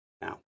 now